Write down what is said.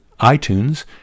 iTunes